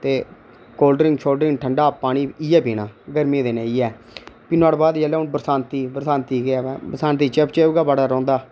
ते कोल्ड्रिंग शोल्ड्रिंग ठंड़ा पानी इ'यां पीना गर्मी दे दिनें इ'यै भी नुआढ़े बाद बरसांती गै बरसाती चिप्प चिप्प गै बड़ा रौंह्दा